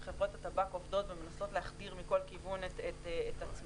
שלפיו חברות הטבק עובדות ומנסות להחדיר מכל כיוון את עצמן.